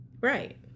Right